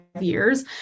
years